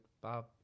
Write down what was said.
Bob